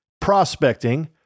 prospecting